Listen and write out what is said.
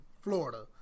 florida